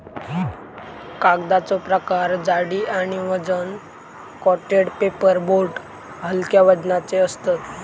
कागदाचो प्रकार जाडी आणि वजन कोटेड पेपर बोर्ड हलक्या वजनाचे असतत